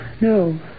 No